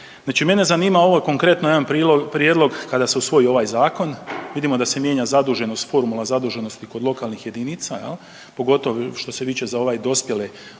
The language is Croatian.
Znači mene zanima ovo konkretno jedan prijedlog kada se usvoji ovaj zakon vidimo da se mijenja zaduženost, formula zaduženosti kod lokalnih jedinica jel, pogotovo što se tiče za ovaj dospjele dugove